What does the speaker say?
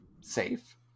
safe